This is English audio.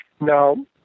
Now